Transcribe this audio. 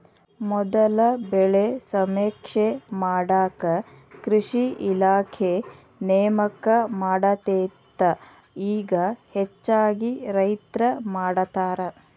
ಮೊದಲ ಬೆಳೆ ಸಮೇಕ್ಷೆ ಮಾಡಾಕ ಕೃಷಿ ಇಲಾಖೆ ನೇಮಕ ಮಾಡತ್ತಿತ್ತ ಇಗಾ ಹೆಚ್ಚಾಗಿ ರೈತ್ರ ಮಾಡತಾರ